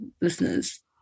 listeners